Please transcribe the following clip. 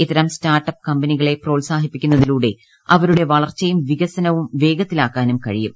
ഇത്തരം സ്റ്റാർട്ടപ്പ് കമ്പനികളെ പ്രോത്സാഹിപ്പിക്കുന്നതിലൂടെ അവരുടെ വളർച്ചയും വികസനവും വേഗത്തിലാക്കാനും കഴിയുന്നു